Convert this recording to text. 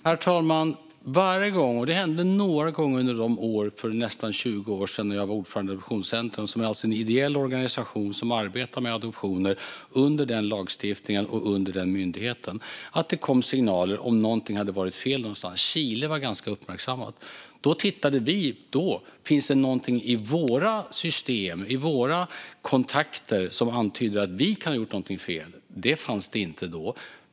Herr talman! Det hände några gånger under de år för nästan 20 år sedan som jag var ordförande för Adoptionscentrum, som alltså är en ideell organisation som arbetar med adoptioner under den lagstiftning och under den myndighet jag nämnde, att det kom signaler om att någonting hade varit fel någonstans. Chile var ganska uppmärksammat. Varje gång detta hände tittade vi på om det fanns något i våra system eller i våra kontakter som antydde att vi kunde ha gjort något fel. Det fanns det inte då.